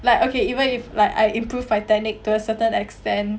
like okay even if like I improve my technique to a certain extent